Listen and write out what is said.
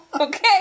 okay